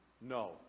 No